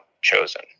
chosen